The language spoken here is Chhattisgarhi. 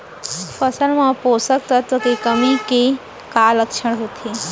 फसल मा पोसक तत्व के कमी के का लक्षण होथे?